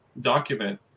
document